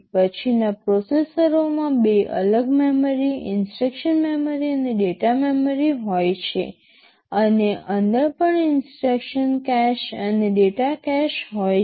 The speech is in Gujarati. પછીના પ્રોસેસરોમાં 2 અલગ મેમરી ઇન્સટ્રક્શન મેમરી અને ડેટા મેમરી હોય છે અને અંદર પણ ઇન્સટ્રક્શન કેશ અને ડેટા કેશ હોય છે